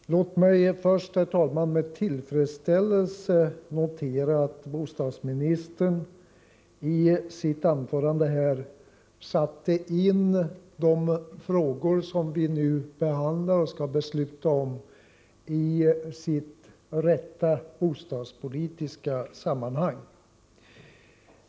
Herr talman! Låt mig först med tillfredsställelse notera att bostadsministern i sitt anförande här satte in de frågor som vi nu behandlar och skall besluta om i sitt rätta bostadspolitiska sammanhang.